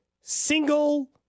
single